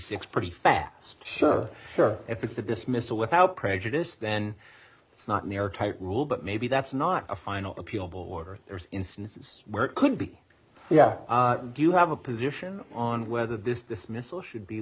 dollars pretty fast sure sure if it's a dismissal without prejudice then it's not an airtight rule but maybe that's not a final appeal border there's instances where it could be yeah do you have a position on whether this dismissal should be